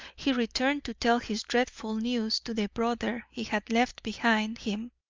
he returned to tell his dreadful news to the brother he had left behind him.